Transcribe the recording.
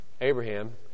Abraham